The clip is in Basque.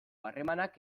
harremanak